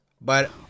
but-